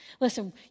Listen